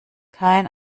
kein